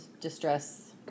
distress